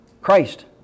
Christ